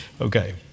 Okay